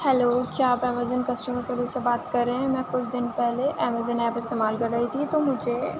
hello کیا آپ Amazon customer service سے بات کر رہے ہیں میں کچھ دِن پہلے ایمیزون ایپ استعمال کر رہی تھی تو مجھے